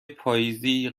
پاییزی